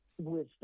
wisdom